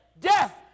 death